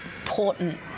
important